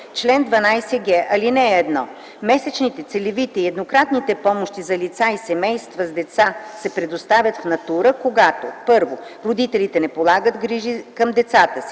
чл. 12г: „Чл. 12г.(1) Месечните, целевите и еднократните помощи за лица и семейства с деца се предоставят в натура, когато: 1. родителите не полагат грижи към децата си;